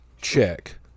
check